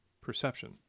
perception